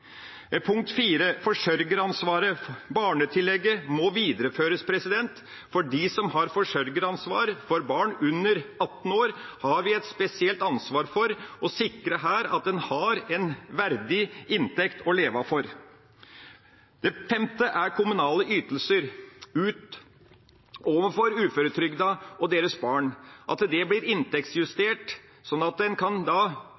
Punkt nr. 4 handler om forsørgeransvaret. Barnetillegget må videreføres. For dem som har forsørgeransvar for barn under 18 år, har vi et spesielt ansvar når det gjelder å sikre at de har en verdig inntekt å leve av. Det femte punktet handler om kommunale ytelser til uføretrygdede og deres barn. Disse må bli inntektsjustert, slik at de da kan